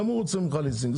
גם הוא רוצה ממך ליסינג.